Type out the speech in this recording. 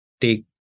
Take